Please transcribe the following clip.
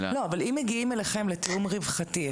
אם מגיעים אליכם לתיאום רווחתי,